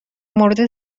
مورد